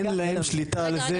אין להם שליטה על זה,